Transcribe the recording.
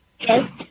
Yes